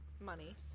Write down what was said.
money